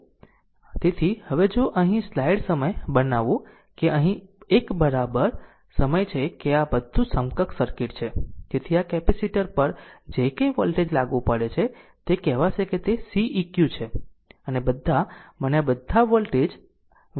તેથી હવે જો અહીં સ્લાઈડ સમય બનાવવું કે અહીં એક બરાબર સમય છે કે આ બધું સમકક્ષ સર્કિટ છે તેથી આ કેપેસિટર પર જે કંઇ વોલ્ટેજ લાગુ પડે છે તે કહેવાશે કે તે Ceq છે અને બધા અને આ બધા વોલ્ટેજ આ બધા વોલ્ટેજ v છે